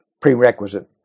prerequisite